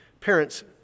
Parents